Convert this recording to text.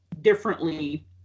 differently